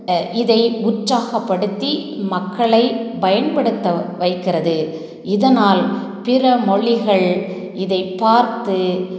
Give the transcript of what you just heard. இதை உற்சாகப்படுத்தி மக்களை பயன்படுத்த வைக்கிறது இதனால் பிறமொழிகள் இதை பார்த்து